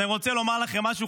אז אני רוצה לומר לכם משהו,